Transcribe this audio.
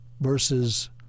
versus